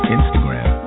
Instagram